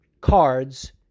cards